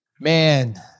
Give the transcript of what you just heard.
Man